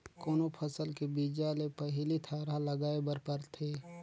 कोनो फसल के बीजा ले पहिली थरहा लगाए बर परथे